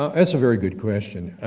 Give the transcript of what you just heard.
um that's a very good question.